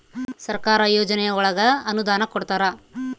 ಸರ್ಕಾರ ಯೋಜನೆ ಒಳಗ ಅನುದಾನ ಕೊಡ್ತಾರ